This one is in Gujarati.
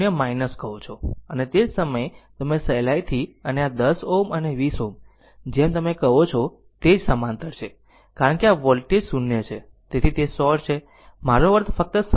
અને તે જ સમયે તમે સહેલાઇથી અને આ 10 Ω અને 20 Ω જેમ તમે કહો છો તે જ સમાંતર છે કારણ કે આ વોલ્ટેજ 0 છે તેથી તે શોર્ટ છે મારો અર્થ ફક્ત સમજાવા માટે છે